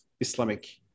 Islamic